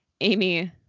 Amy